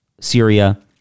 Syria